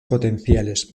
potenciales